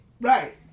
right